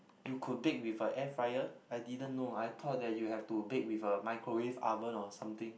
you could bake with a air fryer I didn't know I thought that you have to bake with a microwave oven or something